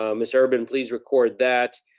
um miss urban, please record that.